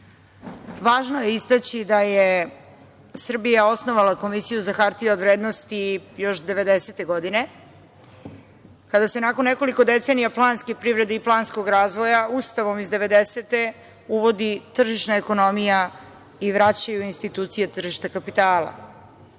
je istaći da je Srbija osnovala Komisiju za hartije od vrednosti još 1990. godine, kada se nakon nekoliko decenija planske privrede i planskog razvoja Ustavom iz 1990. godine uvodi tržišna ekonomija i vraćaju institucije tržišta kapitala.